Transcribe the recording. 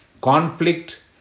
Conflict